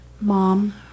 mom